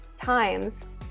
times